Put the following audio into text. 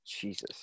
Jesus